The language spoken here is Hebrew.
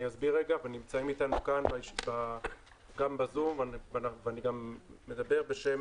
נמצאים איתנו כאן גם בזום ואני מדבר בשם